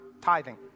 tithing